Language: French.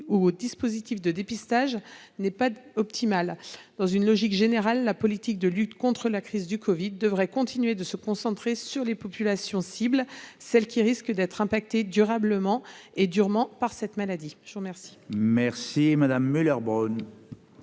ou aux dispositifs de dépistage n'est pas optimal. Dans une logique générale, la politique de lutte contre la crise du covid devrait continuer de se concentrer sur les populations cibles, celles qui risquent d'être touchées durablement et gravement par cette maladie. La parole